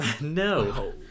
No